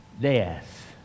death